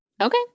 Okay